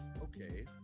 Okay